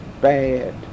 bad